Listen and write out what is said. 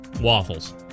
Waffles